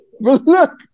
Look